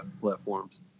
platforms